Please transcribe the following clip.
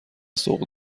سوق